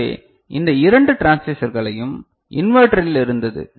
எனவே இந்த இரண்டு டிரான்சிஸ்டர்களையும் இன்வெர்ட்டரில் இருந்தது